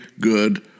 good